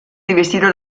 rivestito